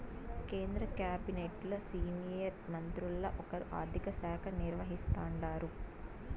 కేంద్ర కాబినెట్లు సీనియర్ మంత్రుల్ల ఒకరు ఆర్థిక శాఖ నిర్వహిస్తాండారు